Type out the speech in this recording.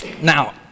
Now